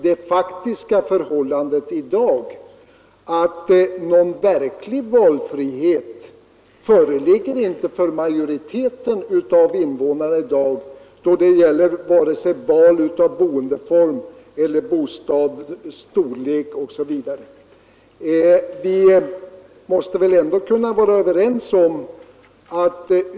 Det faktiska förhållandet i dag är att någon verklig valfrihet föreligger inte för majoriteten av invånare vare sig det gäller boendeform eller bostadens storlek m.m.